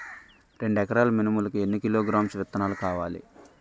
రెండు ఎకరాల మినుములు కి ఎన్ని కిలోగ్రామ్స్ విత్తనాలు కావలి?